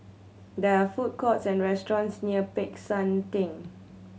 there are food courts and restaurants near Peck San Theng